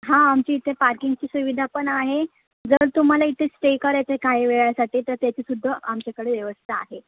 हां आमच्या इथे पार्किंगची सुविधा पण आहे जर तुम्हाला इथे स्टे करायचा आहे काही वेळासाठी तर त्याची सुद्धा आमच्याकडे व्यवस्था आहे